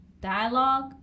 dialogue